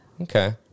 Okay